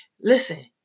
Listen